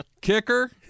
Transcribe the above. Kicker